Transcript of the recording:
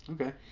Okay